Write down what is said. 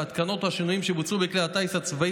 שההתקנות או השינויים שבוצעו בכלי הטיס הצבאי